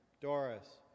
Doris